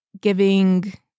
giving